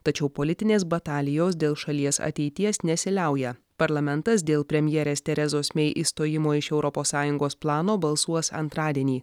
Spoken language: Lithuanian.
tačiau politinės batalijos dėl šalies ateities nesiliauja parlamentas dėl premjerės terezos mey išstojimo iš europos sąjungos plano balsuos antradienį